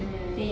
mm